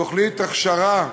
תוכנית הכשרה,